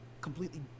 completely